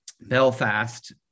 Belfast